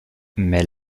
mais